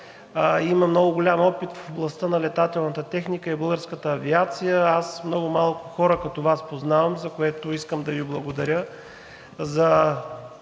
има много голям опит в областта на летателната техника и българската авиация, а аз познавам много малко хора като Вас, за което искам да Ви благодаря за